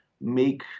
make